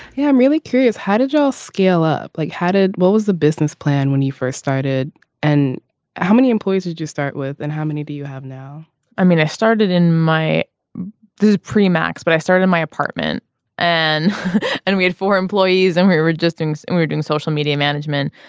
yeah i'm really curious how did your ah skill play like how did what was the business plan when you first started and how many employees did you start with and how many do you have now i mean i started in my pre max but i started my apartment and and we had four employees and we were just things and we're doing social media management.